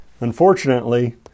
Unfortunately